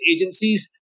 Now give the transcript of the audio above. agencies